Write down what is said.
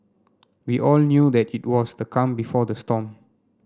we all knew that it was the calm before the storm